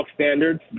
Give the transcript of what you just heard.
standards